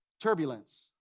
turbulence